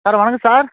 sir வணக்கம் sir